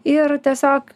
ir tiesiog